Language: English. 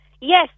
Yes